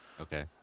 Okay